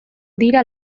dira